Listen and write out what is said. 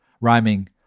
rhyming